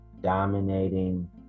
dominating